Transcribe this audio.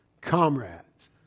Comrades